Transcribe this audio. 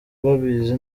babizi